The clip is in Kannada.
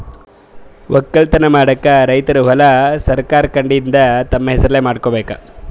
ವಕ್ಕಲತನ್ ಮಾಡಕ್ಕ್ ರೈತರ್ ಹೊಲಾ ಸರಕಾರ್ ಕಡೀನ್ದ್ ತಮ್ಮ್ ಹೆಸರಲೇ ಮಾಡ್ಕೋಬೇಕ್